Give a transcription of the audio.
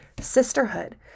sisterhood